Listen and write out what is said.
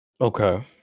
Okay